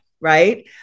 Right